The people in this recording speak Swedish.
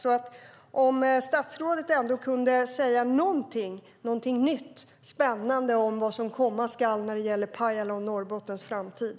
Jag undrar om statsrådet kunde säga något nytt, spännande om vad som komma skall när det gäller Pajala och Norrbottens framtid.